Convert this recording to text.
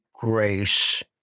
grace